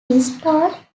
installed